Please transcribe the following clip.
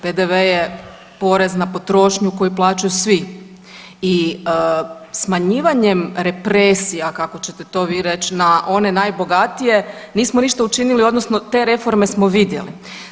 PDV je porez na potrošnju koji plaćaju svi i smanjivanjem represija kako ćete to vi reć na one najbogatije nismo ništa učinili odnosno te reforme smo vidjeli.